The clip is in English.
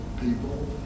people